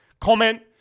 comment